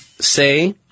say